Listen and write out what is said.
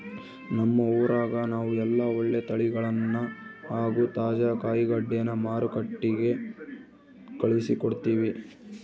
ನಮ್ಮ ಊರಗ ನಾವು ಎಲ್ಲ ಒಳ್ಳೆ ತಳಿಗಳನ್ನ ಹಾಗೂ ತಾಜಾ ಕಾಯಿಗಡ್ಡೆನ ಮಾರುಕಟ್ಟಿಗೆ ಕಳುಹಿಸಿಕೊಡ್ತಿವಿ